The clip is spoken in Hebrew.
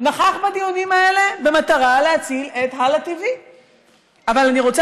נכח בדיונים האלה במטרה להציל את הלא TV. אבל אני רוצה